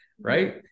right